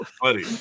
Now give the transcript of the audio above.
Funny